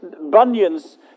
Bunyan's